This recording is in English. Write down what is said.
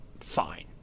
fine